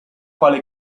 quale